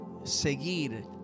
seguir